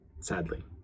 sadly